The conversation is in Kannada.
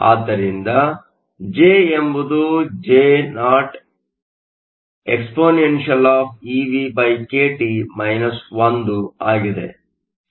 ಆದ್ದರಿಂದಜೆ ಎಂಬುದು J0 exp eVkT 1 ಆಗಿದೆ